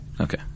Okay